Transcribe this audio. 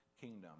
kingdom